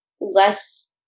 less